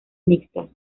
mixtas